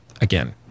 again